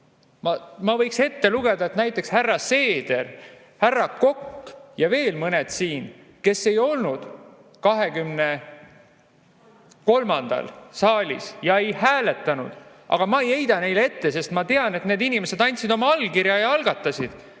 Ma võiksin ette lugeda, et näiteks härra Seeder, härra Kokk ja veel mõned ei olnud 23. [veebruaril] saalis ja ei hääletanud, aga ma ei heida seda neile ette, sest ma tean, et need inimesed andsid oma allkirja ja algatasid